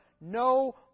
no